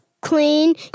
clean